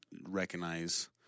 recognize